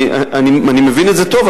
אני מבין את זה טוב,